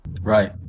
right